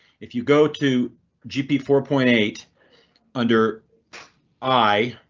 if you go to gp four point eight under i.